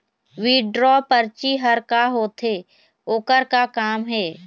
Withdraw परची हर का होते, ओकर का काम हे?